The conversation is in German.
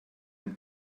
den